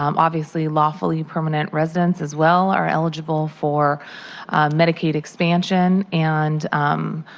um obviously lawfully permanent residents as well are eligible for medicaid expansion. and um